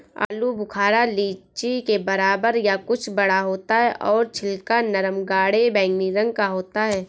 आलू बुखारा लीची के बराबर या कुछ बड़ा होता है और छिलका नरम गाढ़े बैंगनी रंग का होता है